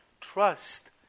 trust